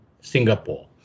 Singapore